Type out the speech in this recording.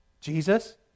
Jesus